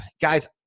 guys